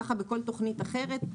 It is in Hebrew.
כך בכל תוכנית אחרת,